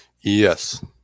Yes